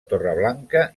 torreblanca